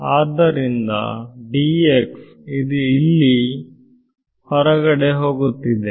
ಆದ್ದರಿಂದ ಇದು ಇಲ್ಲಿ ಹೊರಗಡೆ ಹೋಗುತ್ತಿದೆ